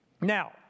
Now